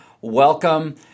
Welcome